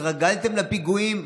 התרגלתם לפיגועים?